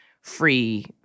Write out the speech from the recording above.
free